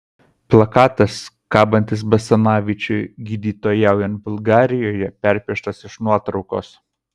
plakatas kabantis basanavičiui gydytojaujant bulgarijoje perpieštas iš nuotraukos